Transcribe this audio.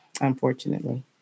unfortunately